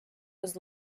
was